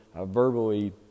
verbally